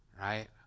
right